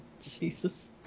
Jesus